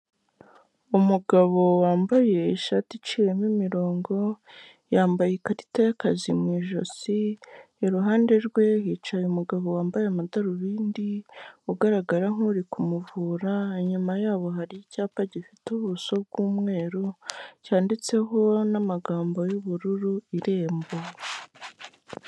Umugabo wambaye ishati iciyemo imirongo yambaye ikarita y'akazi mu ijosi, iruhande rwe hicaye umugabo wambaye amadarubindi ugaragara nkuri kumuvura, inyuma yabo hari icyapa gifite ubuso bw'umweru cyanditseho n'amagambo y'ubururu irembo.